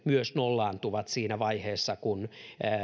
myös kansalaisaloitteet nollaantuvat siinä vaiheessa kun